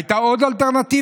הייתה עוד אלטרנטיבה?